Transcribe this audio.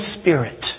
spirit